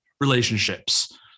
relationships